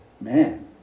Man